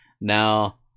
Now